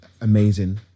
amazing